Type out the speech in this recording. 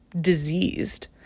diseased